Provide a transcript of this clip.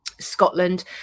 scotland